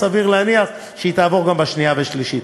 סביר להניח שהיא תעבור גם בשנייה ובשלישית.